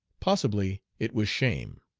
possibly it was shame.